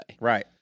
Right